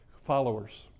followers